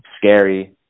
scary